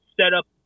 setup